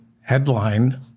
Headline